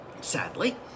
Sadly